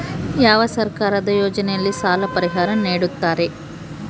ಯಾವ ಸರ್ಕಾರದ ಯೋಜನೆಯಲ್ಲಿ ಸಾಲ ಪರಿಹಾರ ನೇಡುತ್ತಾರೆ?